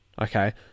okay